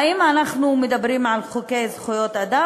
האם אנחנו מדברים על חוקי זכויות אדם?